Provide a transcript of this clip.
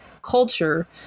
culture